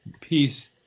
peace